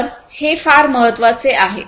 तर् हे फार महत्वाचे आहे